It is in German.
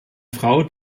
frau